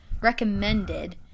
recommended